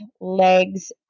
legs